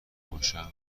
باشم